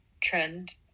trend